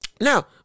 Now